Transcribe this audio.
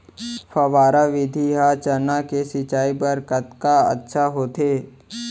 फव्वारा विधि ह चना के सिंचाई बर कतका अच्छा होथे?